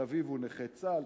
כי אביו הוא נכה צה"ל,